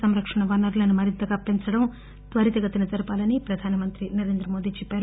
సంరక్షణ వనరులను మరింత పెంచడం త్వరితగతిన జరపాలని ప్రధానమంత్రి నరేంద్ర మోదీ చెప్పారు